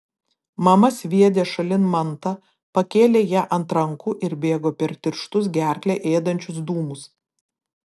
mama sviedė šalin mantą pakėlė ją ant rankų ir bėgo per tirštus gerklę ėdančius dūmus